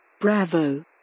Bravo